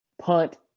punt